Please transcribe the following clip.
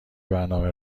برنامه